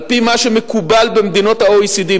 על-פי מה שמקובל במדינות ה-OECD,